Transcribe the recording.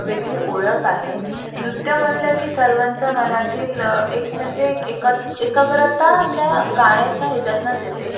वेगळी ओळख आहे नृत्य म्हणलं की सर्वांच्या मनातील एक म्हणजे एक एकाग्रता त्या गाण्याच्या ह्याच्यातनंच येते